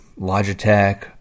Logitech